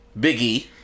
Biggie